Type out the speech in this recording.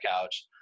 couch